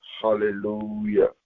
Hallelujah